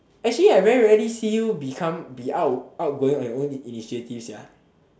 actually I very rarely see you become be out~ outgoing on your own initiative sia